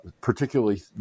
particularly